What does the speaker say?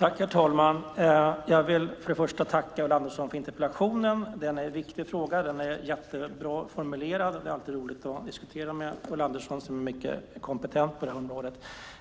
Herr talman! Jag vill först och främst tacka Ulla Andersson för interpellationen där hon tar upp en viktig fråga. Interpellationen är mycket bra formulerad, och det är alltid roligt att diskutera med Ulla Andersson som är mycket kompetent på detta område.